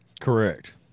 Correct